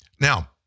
Now